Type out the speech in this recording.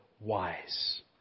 wise